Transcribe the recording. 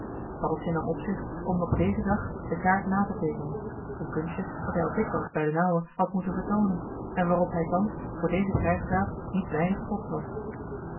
nam op zich om nog dezen dag de kaart na te teekenen een kunstje dat hij al dikwijls bij d'n ouwe had moeten vertoonen en waarop hij thans voor dezen krijgsraad joh h been paddeltje de scheepsjongen van michiel de ruijter niet weinig trotsch was